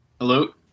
Hello